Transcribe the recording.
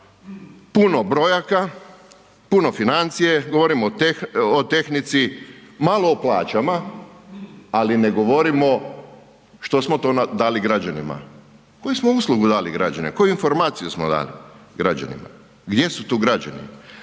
puno brojaka, puno financije, govorimo o tehnici, malo o plaćama ali ne govorimo što smo to dali građanima, koju smo uslugu dali građanima, koje informacije smo dali građanima, gdje su tu građani?